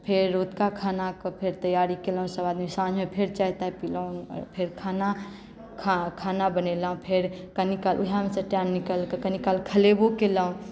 फेर रतुका खानाके तैआरी केलहुँ सभआदमी साँझमे फेर चाय ताय पीलहुँ फेर खाना खाना बनेलहुँ फेर कनी काल ओएहमेसँ टाइम निकालि कऽ कनी काल खेलेबो केलहुँ